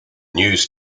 news